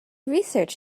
research